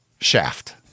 Shaft